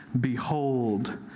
behold